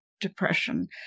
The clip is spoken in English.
depression